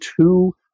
two